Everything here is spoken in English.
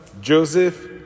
Joseph